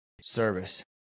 service